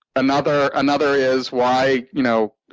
another another is why you know